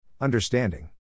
Understanding